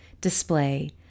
display